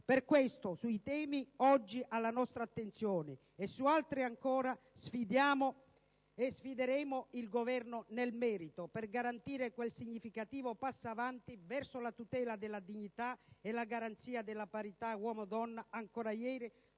Per questo, sui temi oggi alla nostra attenzione e su altri ancora sfidiamo e sfideremo il Governo nel merito, per garantire quel significativo passo avanti verso la tutela della dignità e la garanzia della parità uomo-donna, ancora ieri